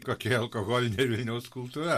kokia alkoholinė vilniaus kultūra